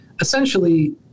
essentially